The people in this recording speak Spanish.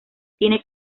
tiene